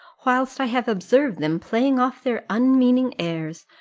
whilst i have observed them playing off their unmeaning airs,